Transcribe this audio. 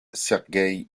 sergueï